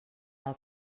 del